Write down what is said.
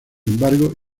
embargo